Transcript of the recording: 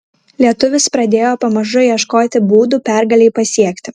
lietuvis pradėjo pamažu ieškoti būdų pergalei pasiekti